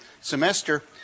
semester